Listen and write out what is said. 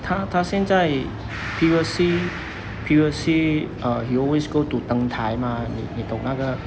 他他现在 previously previously uh he always go to 登台 mah 你你懂那个